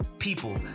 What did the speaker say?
people